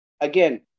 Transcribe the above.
Again